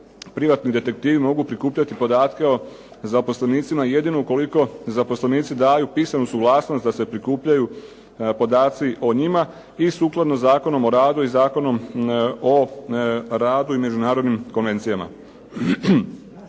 privatni detektivi mogu prikupljati podatke o zaposlenicima jedino ukoliko zaposlenici daju pisanu suglasnost da se prikupljaju podaci o njima i sukladno Zakonom o radu i Zakonom o radu i međunarodnim konvencijama.